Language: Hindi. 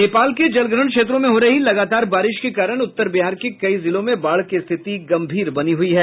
नेपाल के जलग्रहण क्षेत्रों में हो रही लगातार बारिश के कारण उत्तर बिहार के कई जिलों में बाढ़ की स्थिति गंभीर बनी हुई है